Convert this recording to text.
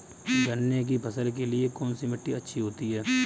गन्ने की फसल के लिए कौनसी मिट्टी अच्छी होती है?